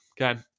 Okay